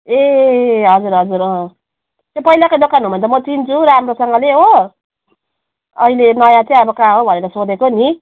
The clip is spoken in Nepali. ए हजुर हजुर अँ त्यही पहिलाकै दोकान हो भने त म चिन्छु राम्रोसँगले हो अहिले नयाँ चाहिँ अब कहाँ हो भनेर सोधेको नि